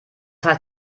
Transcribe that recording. heißt